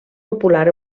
popular